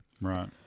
Right